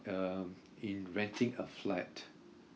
um in renting a flat